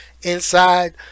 inside